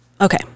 okay